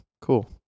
cool